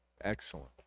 Excellent